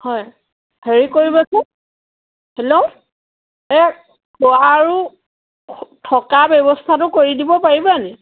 হয় হেৰি কৰিবচোন হেল্ল' এই খোৱা আৰু থকাৰ ব্যৱস্থাটো কৰি দিব পাৰিবা নি